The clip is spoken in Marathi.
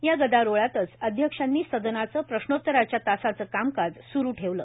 या गदारोळातच अध्यक्षांनी सदनाचं प्रश्नोतराच्या तासाचं कामकाज स्रू ठेवलं